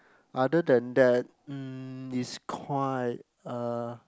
other than that mm is quite uh